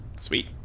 Sweet